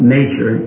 nature